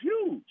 huge